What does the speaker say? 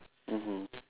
mmhmm